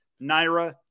Naira